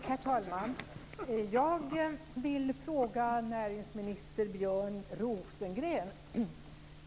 Herr talman! Jag vill ställa en fråga till näringsminister Björn Rosengren.